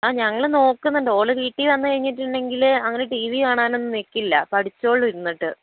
ആ ഞങ്ങൾ നോക്കുന്നുണ്ട് ഓൾ വീട്ടിൽ വന്ന് കഴിഞ്ഞിട്ടുണ്ടെങ്കിൽ അങ്ങനെ ടി വി കാണാനൊന്നും നിൽക്കില്ല പഠിച്ചോളും ഇരുന്നിട്ട്